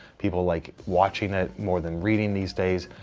people like watching it more than reading these days.